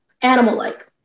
animal-like